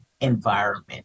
environment